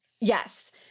yes